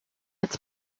its